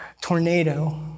tornado